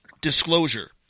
Disclosure